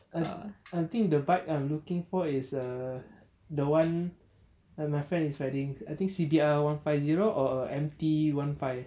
I I think the bike I'm looking for is err the one like my friend is riding I think C_B_R one five zero or M_T one five